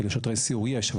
כי לשוטרי סיור יש,